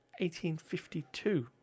1852